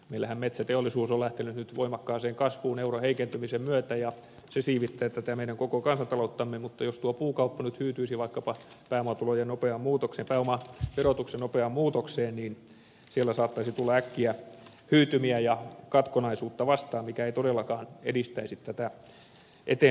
meillähän metsäteollisuus on lähtenyt nyt voimakkaaseen kasvuun euron heikentymisen myötä ja se siivittää meidän koko kansantalouttamme mutta jos puukauppa nyt hyytyisi vaikkapa pääomaverotuksen nopeaan muutokseen niin siellä saattaisi tulla äkkiä hyytymiä ja katkonaisuutta vastaan mikä ei todellakaan edistäisi tätä eteenpäinmenoa